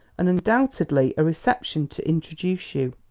and undoubtedly a reception to introduce you.